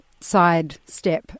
sidestep